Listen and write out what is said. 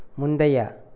முந்தைய